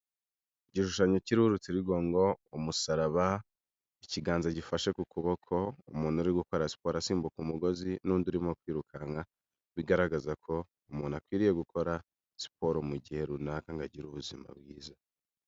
Igishushanyo kiriho urutirigongo, umusaraba, ikiganza gifashe ku kuboko, umuntu uri gukora siporo asimbuka umugozi n'undi urimo kwirukanka bigaragaza ko umuntu akwiriye gukora siporo mu gihe runaka ngo agire ubuzima bwiza.